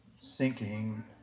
sinking